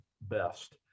best